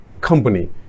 company